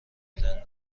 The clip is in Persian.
بهترین